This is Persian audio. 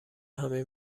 همه